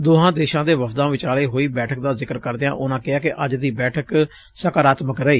ਦੋਹਾਂ ਦੇਸ਼ਾਂ ਦੇ ਵਫ਼ਦਾਂ ਵਿਚਾਲੇ ਹੋਈ ਬੈਠਕ ਦਾ ਜ਼ਿਕਰ ਕਰਦਿਆਂ ਉਨੂਾਂ ਕਿਹਾ ਕਿ ਅੱਜ ਦੀ ਬੈਠਕ ਸਕਾਰਾਤਮਕ ਰਹੀ